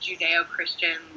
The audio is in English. Judeo-Christian